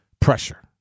pressure